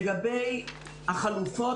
לגבי החלופות,